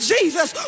Jesus